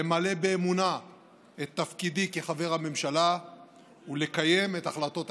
למלא באמונה את תפקידי כחבר הממשלה ולקיים את החלטות הכנסת.